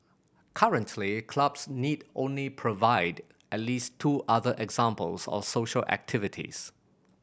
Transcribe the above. currently clubs need only provide at least two other examples of social activities